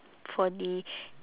for the